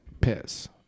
piss